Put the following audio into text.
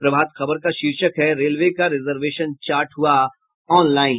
प्रभात खबर का शीर्षक है रेलवे का रिजर्वेशन चार्ट हुआ ऑनलाईन